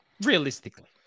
Realistically